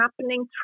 happening